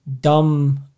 dumb